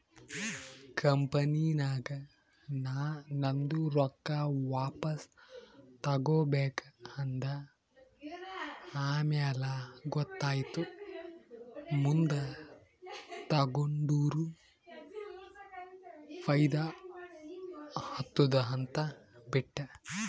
ಕಂಪನಿನಾಗ್ ನಾ ನಂದು ರೊಕ್ಕಾ ವಾಪಸ್ ತಗೋಬೇಕ ಅಂದ ಆಮ್ಯಾಲ ಗೊತ್ತಾಯಿತು ಮುಂದ್ ತಗೊಂಡುರ ಫೈದಾ ಆತ್ತುದ ಅಂತ್ ಬಿಟ್ಟ